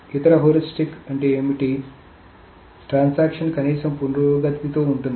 ఇతర హ్యూరిస్టిక్ ఏమిటంటే ట్రాన్సాక్షన్ కనీసం పురోగతితో ఉంటుంది